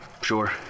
Sure